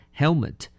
helmet